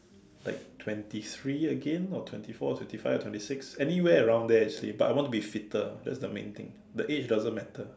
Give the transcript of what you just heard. like twenty three again or twenty four or twenty five or twenty six anywhere around there actually but I want to be fitter that's the main thing the age doesn't matter